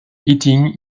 eating